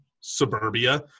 suburbia